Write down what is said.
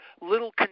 little